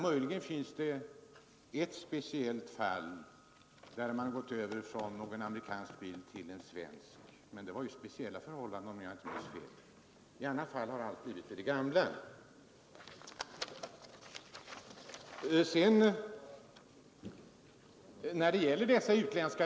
Möjligen finns det där ett fall, då man gått över från en amerikansk bil till en svensk, men där rådde speciella förhållanden, om jag inte minns fel. I övrigt har allt blivit vid det gamla.